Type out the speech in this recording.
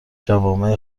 جوامع